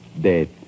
dead